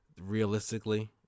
realistically